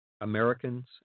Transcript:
Americans